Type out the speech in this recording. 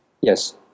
yes